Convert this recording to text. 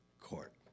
court